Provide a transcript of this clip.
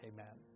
Amen